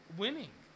winning